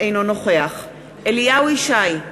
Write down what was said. אינו נוכח אליהו ישי,